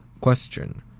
Question